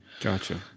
Gotcha